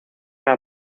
las